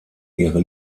ihre